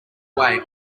way